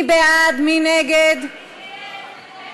תם הזמן,